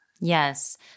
Yes